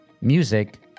Music